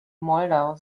moldau